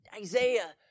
Isaiah